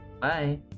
Bye